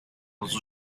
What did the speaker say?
nas